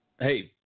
Hey